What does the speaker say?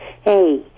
Hey